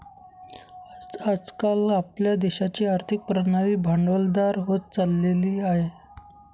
आज काल आपल्या देशाची आर्थिक प्रणाली भांडवलदार होत चालली आहे